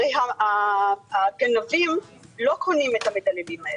הרי הגנבים לא קונים את המדללים.